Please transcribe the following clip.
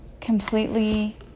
completely